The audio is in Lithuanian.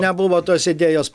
nebuvo tos idėjos